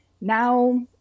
now